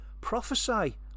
Prophesy